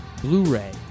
Blu-ray